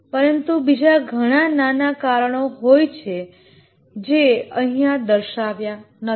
પરંતુ બીજા ઘણા નાના કારણો હોય છે જે અહીંયા દર્શાવ્યા નથી